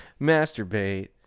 Masturbate